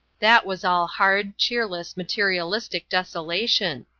that was all hard, cheerless, materialistic desolation,